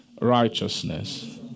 righteousness